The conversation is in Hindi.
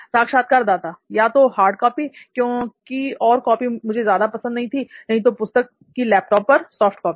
साक्षात्कारदाता या तो हार्ड कॉपी क्योंकि और कॉपी मुझे ज्यादा पसंद थी नहीं तो पुस्तक की लैपटॉप पर सॉफ्ट कॉपी